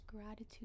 gratitude